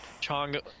Chong